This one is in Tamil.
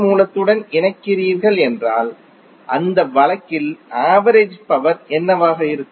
மூலத்துடன் இணைக்கிறீர்கள் என்றால் அந்த வழக்கில் ஆவரேஜ் பவர் என்னவாக இருக்கும்